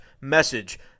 message